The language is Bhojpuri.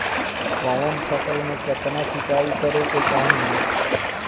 कवन फसल में केतना सिंचाई करेके चाही?